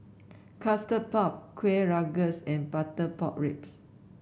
Custard Puff Kueh Rengas and Butter Pork Ribs